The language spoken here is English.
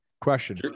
Question